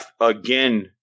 again